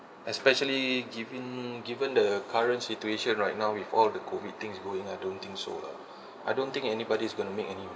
especially given given the current situation right now with all the COVID things going I don't think so lah I don't think anybody's gonna make any